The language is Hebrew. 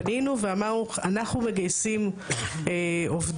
פנינו ואמרנו אנחנו מגייסים עובדים,